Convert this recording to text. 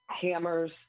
hammers